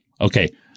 Okay